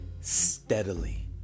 steadily